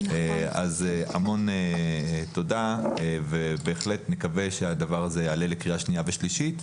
אז המון תודה ונקווה שהדבר הזה יעלה לקריאה שנייה ושלישית,